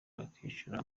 bakishyura